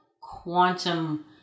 quantum